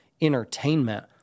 entertainment